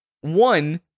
one